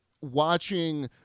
watching